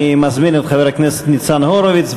אני מזמין את חבר הכנסת ניצן הורוביץ,